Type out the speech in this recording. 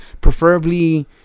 preferably